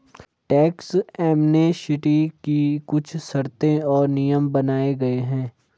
tax amnesty की कुछ शर्तें और नियम बनाये गये हैं